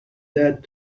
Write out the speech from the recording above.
that